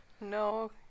No